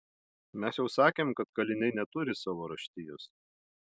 mes jau sakėm kad kaliniai neturi savo raštijos